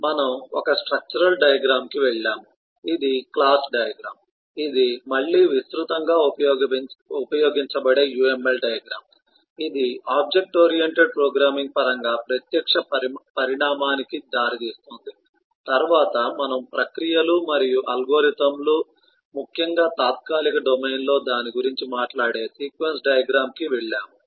ఆపై మనము ఒక స్ట్రక్చరల్ డయాగ్రమ్ కి వెళ్ళాము ఇది క్లాస్ డయాగ్రమ్ ఇది మళ్ళీ విస్తృతంగా ఉపయోగించబడే UML డయాగ్రమ్ ఇది ఆబ్జెక్ట్ ఓరియెంటెడ్ ప్రోగ్రామింగ్ పరంగా ప్రత్యక్ష పరిణామానికి దారితీస్తుంది తరువాత మనము ప్రక్రియలు మరియు అల్గోరిథంలు ముఖ్యంగా తాత్కాలిక డొమైన్లో దాని గురించి మాట్లాడే సీక్వెన్స్ డయాగ్రమ్ కి వెళ్ళాము